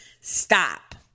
stop